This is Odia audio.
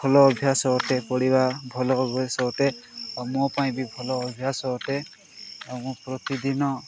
ଭଲ ଅଭ୍ୟାସ ଅଟେ ପଢ଼ିବା ଭଲ ଅଭ୍ୟାସ ଅଟେ ଆଉ ମୋ ପାଇଁ ବି ଭଲ ଅଭ୍ୟାସ ଅଟେ ଆଉ ମୁଁ ପ୍ରତିଦିନ